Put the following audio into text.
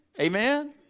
Amen